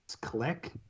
Click